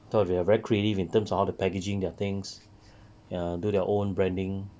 t~ if you are very creative in terms of how to packaging their things ya do their own branding